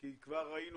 כי כבר ראינו